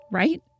right